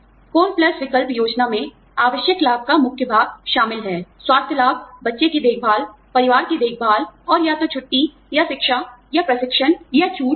core plus विकल्प योजना में आवश्यक लाभ का मुख्य भाग शामिल है स्वास्थ्य लाभ बच्चे की देखभाल परिवार की देखभाल और या तो छुट्टी या शिक्षा या प्रशिक्षण या छूट आदि